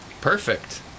perfect